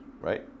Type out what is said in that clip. Right